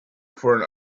for